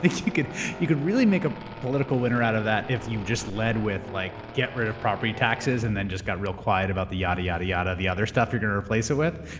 you could you could really make a political winner out of that if you just lead with like, get rid of property taxes and then just got real quiet about the yada, yada, yada, the other stuff you're going to replace it with.